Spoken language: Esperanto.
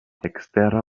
ekstera